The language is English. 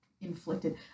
inflicted